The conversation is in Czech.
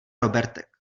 robertek